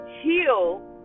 heal